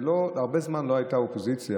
הרבה זמן לא הייתה אופוזיציה